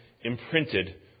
imprinted